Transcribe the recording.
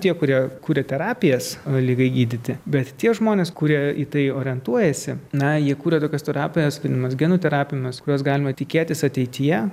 tie kurie kuria terapijas ar ligai gydyti bet tie žmonės kurie į tai orientuojasi na jie kuria tokias terapjas vadinamas genų terapijas kurios galima tikėtis ateityje